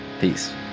Peace